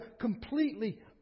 completely